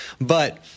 but-